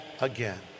again